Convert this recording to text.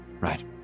Right